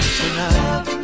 tonight